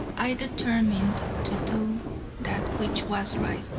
i determined to do that which was right.